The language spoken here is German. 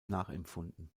nachempfunden